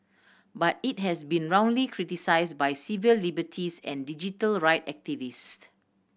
but it has been roundly criticise by civil liberties and digital right activist